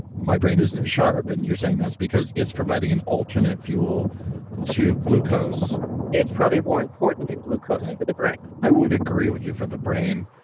my brain isn't as sharp, and you're saying that's because it's providing an alternate fuel to glucose it's probably more important than glucose for the i would agree with you for the brain,